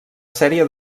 sèrie